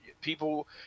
people